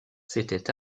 s’était